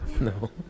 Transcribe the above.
No